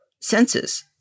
senses